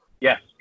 Yes